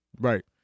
Right